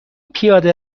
پیاده